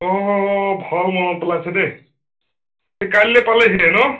ঔ ভাল মনত পেলাইছে দেই কালিলৈ পালেহিয়েই ন